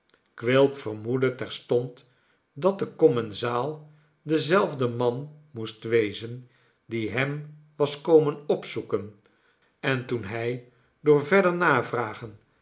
quilp vermoedde terstond dat de commensaal dezelfde man moest wezen die hem was komen opzoeken en toen hij door verder navragen